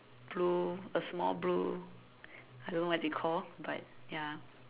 blue a small blue I don't know what is it called but ya